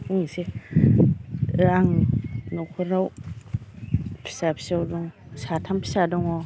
बुंनोसै आं न'खराव फिसा फिसौ दं साथाम फिसा दङ